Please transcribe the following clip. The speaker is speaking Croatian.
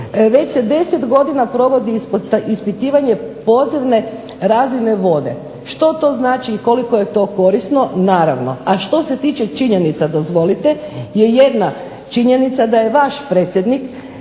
već se 10 godina provodi ispitivanje podzemne razine vode. Što to znači i koliko je to korisno? Naravno, a što se tiče činjenice dozvolite, je jedna činjenica da je vaš predsjednik